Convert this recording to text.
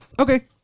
Okay